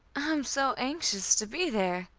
i am so anxious to be there.